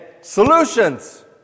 solutions